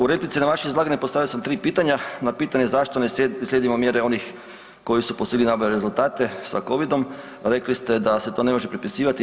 U replici na vaše izlaganje postavio sam 3 pitanja, na pitanje zašto ne slijedimo mjere onih koji su postigli najbolje rezultate sa Covidom, rekli ste da se to ne može prepisivati.